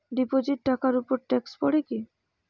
Deposit টাকার উপর tax পড়ে কি?